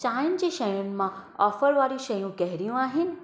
चांहियुनि जी शयुनि मां ऑफर वारी शयूं कहिड़ियूं आहिनि